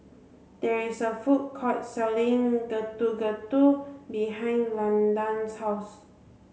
there is a food court selling Getuk Getuk behind Landan's house